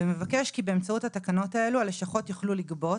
הם מבקשים באמצעות התקנות האלה שהלשכות יוכלו לגבות,